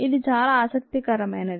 ఇది చాలా ఆసక్తికరమైనది